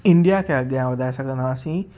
India खे अॻियां वधाए सघंदासीं